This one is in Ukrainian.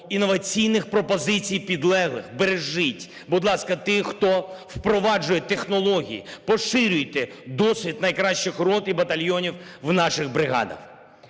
інноваційних пропозицій підлеглих, бережіть, будь ласка, тих, хто впроваджує технології, поширюйте досвід найкращих рот і батальйонів в наших бригадах.